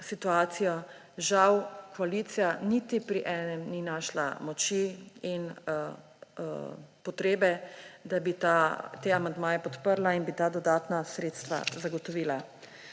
situacijo. Žal, koalicija niti pri enem ni našla moči in potrebe, da bi te amandmaje podprla in bi ta dodatna sredstva zagotovili.